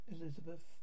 Elizabeth